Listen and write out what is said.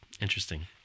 Interesting